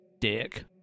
dick